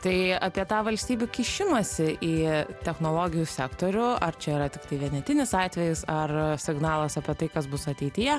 tai apie tą valstybių kišimąsi į technologijų sektorių ar čia yra tiktai vienetinis atvejis ar signalas apie tai kas bus ateityje